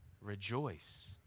Rejoice